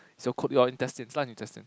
it's your intestines large intestines